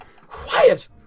Quiet